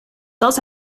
dat